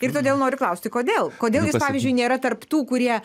ir todėl noriu klausti kodėl kodėl jis pavyzdžiui nėra tarp tų kurie